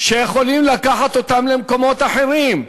שיכולים לקחת אותם למקומות אחרים.